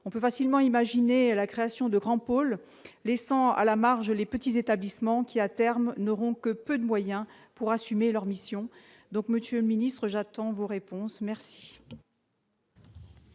on peut facilement imaginer la création de grands pôles, laissant à la marge les petits établissements qui à terme n'auront que peu de moyens pour assumer leur mission, donc, Monsieur le ministre, j'attends vos réponses merci.